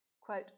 Quote